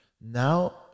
Now